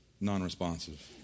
non-responsive